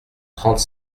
trente